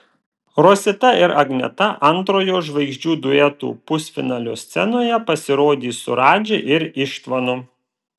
rosita ir agneta antrojo žvaigždžių duetų pusfinalio scenoje pasirodys su radži ir ištvanu